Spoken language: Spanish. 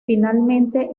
finalmente